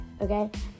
okay